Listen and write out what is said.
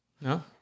No